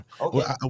Okay